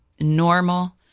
normal